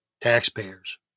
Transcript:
Taxpayers